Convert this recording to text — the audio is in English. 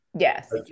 Yes